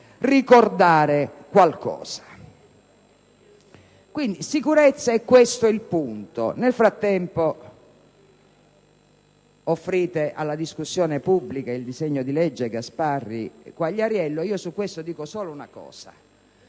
ricordare qualcosa. Sicurezza: questo è il punto. Nel frattempo offrite alla discussione pubblica il disegno di legge Gasparri-Quagliariello. In proposito dico solo una cosa: